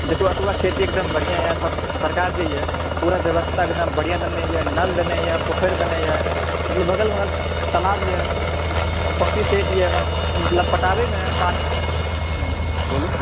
देखु एतुका खेती एकदम बढ़िआँ यऽ सरकार जे यऽ पूरा पूरा व्यवस्था एकदम बढ़िआँ देने यऽ या नल देने यऽ पोखरि देने यऽ बगलमे तालाब यऽ पम्पीसेट यऽ पटाबैमे पानि हुँ बोलु